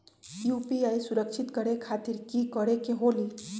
UPI सुरक्षित करे खातिर कि करे के होलि?